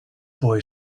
boy